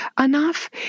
enough